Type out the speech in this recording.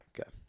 Okay